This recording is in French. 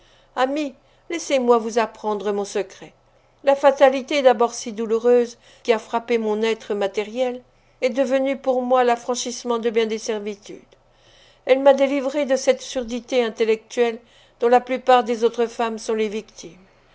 ami laissez-moi vous apprendre mon secret la fatalité d'abord si douloureuse qui a frappé mon être matériel est devenue pour moi l'affranchissement de bien des servitudes elle m'a délivrée de cette surdité intellectuelle dont la plupart des autres femmes sont les victimes